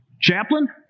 chaplain